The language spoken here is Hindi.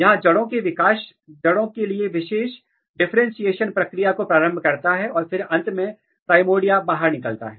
यह जड़ों के लिए विशेष डिफरेंटशिएशन प्रक्रिया को प्रारंभ करता है और फिर अंत में प्राइमर्डिया बाहर निकलता है